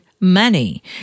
money